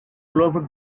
clover